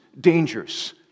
dangers